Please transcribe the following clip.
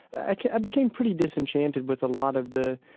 ah i became pretty disenchanted with a lot of the